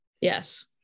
Yes